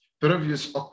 previous